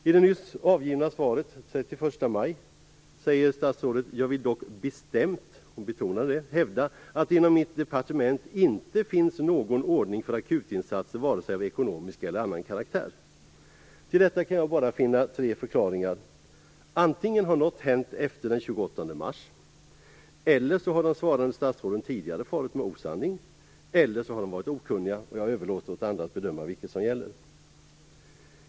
I det nyss avgivna svaret, den 31 maj, säger statsrådet: "Jag vill dock bestämt" - hon betonar detta - "hävda att det inom mitt departement inte finns någon ordning för akutinsatser, vare sig av ekonomisk eller annan karaktär." Jag kan bara finna tre förklaringar till detta. Antingen har något hänt efter den 28 mars, eller så har de svarande statsråden tidigare farit med osanning, eller så har de varit okunniga. Jag överlåter åt andra att bedöma vilket som gäller.